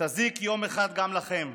תזיק יום אחד גם לכם.